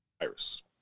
virus